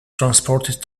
transported